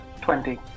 twenty